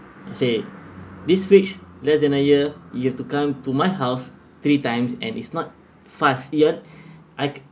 I say this fridge less than a year you have to come to my house three times and it's not fast yet I've